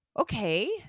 okay